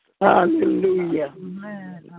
Hallelujah